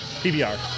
PBR